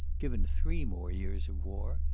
given three more years of war,